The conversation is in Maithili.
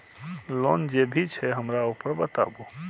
लोन जे भी छे हमरा ऊपर बताबू?